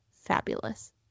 fabulous